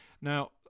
Now